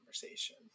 conversation